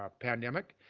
ah pandemic.